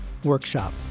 workshop